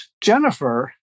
Jennifer